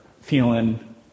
feeling